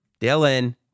Dylan